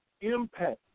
impact